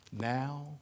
now